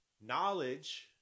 Knowledge